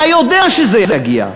אתה יודע שזה יגיע.